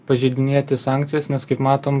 pažeidinėti sankcijas nes kaip matom